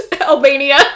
Albania